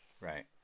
Right